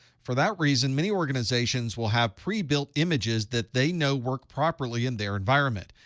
for that reason, many organizations will have pre-built images that they know work properly in their environment.